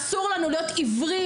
אסור לנו להיות עיוורים,